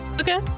Okay